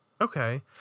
okay